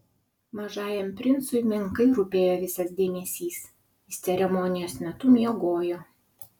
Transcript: mažajam princui menkai rūpėjo visas dėmesys jis ceremonijos metu miegojo